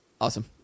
Awesome